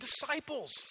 disciples